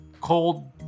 cold